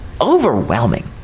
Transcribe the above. overwhelming